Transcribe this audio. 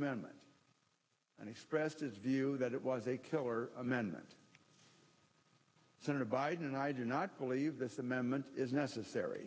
amendment and expressed his view that it was a killer amendment senator biden and i do not believe this amendment is necessary